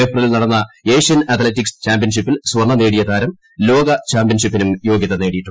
ഏപ്രിലിൽ നടന്ന Asian athletics ചാമ്പ്യൻഷിപ്പിൽ സ്വർണ്ണം നേടിയ താരം ലോക ചാമ്പ്യൻഷി പ്പിനും യോഗ്യത നേടിയിരുന്നു